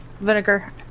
Vinegar